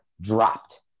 dropped